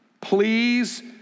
Please